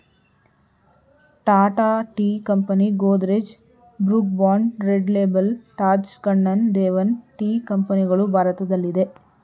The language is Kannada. Tata tea company, Godrej, Brooke Bond Red Label, Taj Kannan Devan tea ಕಂಪನಿಗಳು ಭಾರತದಲ್ಲಿದೆ